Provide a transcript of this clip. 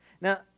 Now